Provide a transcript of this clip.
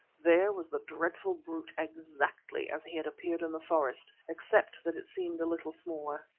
there was the dreadful brute exactly as he had appeared in the forest, except that it seemed a little smaller.